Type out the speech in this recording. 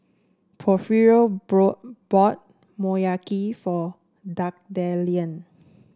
Porfirio brought bought Motoyaki for Magdalen